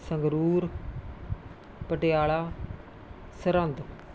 Sangrur Patiala Sirhind